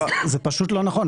זה פשוט לא נכון.